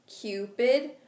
Cupid